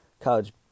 college